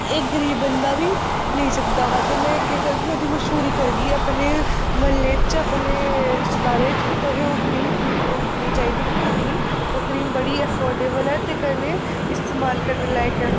इक गरीब बंदा बी लेई सकदा हा ते में के करगी ओह्दी मश्हूरी करगी अपने महल्ले च अपने रिश्तेदारें च कि तुसें ओह् क्रीम खरीदनी चाहिदी कि ओह् क्रीम बड़ी एफोर्डेबल ऐ ते कन्नै इस्तेमाल करने लायक ऐ